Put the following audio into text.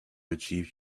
achieve